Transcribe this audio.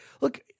look